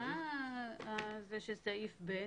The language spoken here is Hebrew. מתי סעיף (ב)